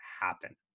happen